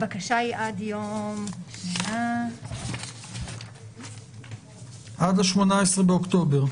הבקשה היא עד יום --- עד ה-18 באוקטובר.